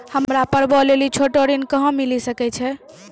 हमरा पर्वो लेली छोटो ऋण कहां मिली सकै छै?